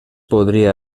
podria